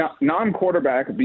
non-quarterback